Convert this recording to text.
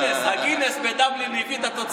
ראש הממשלה חבר הכנסת בנימין נתניהו הודיע לנשיא